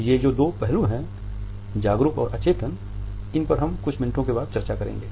ये जो दो पहलू हैं जागरूक और अचेतन इन पर हम कुछ मिनटों के बाद चर्चा करेंगे